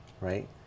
right